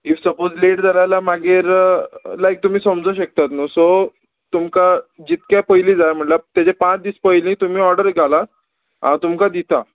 if suppose late जाला जाल्यार मागीर लायक तुमी समजूं शकतात न्हू सो तुमकां जितके पयली जाय म्हणल्यार तेजे पांच दीस पयली तुमी ऑर्डर घालात हांव तुमकां दिता